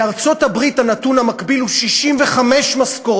בארצות-הברית הנתון המקביל הוא 65 משכורות